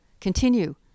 continue